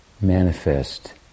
manifest